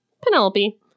Penelope